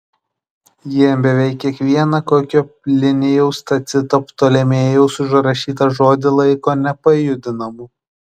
jie beveik kiekvieną kokio plinijaus tacito ptolemėjaus užrašytą žodį laiko nepajudinamu